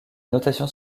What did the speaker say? notation